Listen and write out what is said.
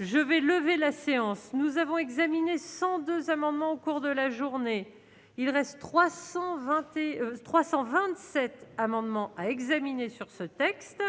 je vais lever la séance, nous avons examiné 102 amendements au cours de la journée, il reste 320 et 327 amendements à examiner sur ce texte